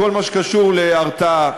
בכל מה שקשור להרתעה,